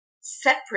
separate